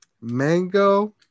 mango